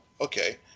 okay